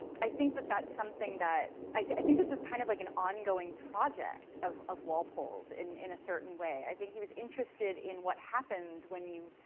i think that that's something that, i think this was kind of like an ongoing project of of walpole's, in in a certain way, i think he was interested in what happens when you,